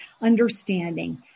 understanding